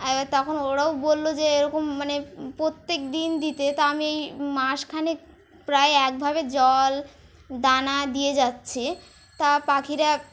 এবার তখন ওরাও বললো যে এরকম মানে প্রত্যেক দিন দিতে তা আমি এই মাসখানে প্রায় একভাবে জল দানা দিয়ে যাচ্ছে তা পাখিরা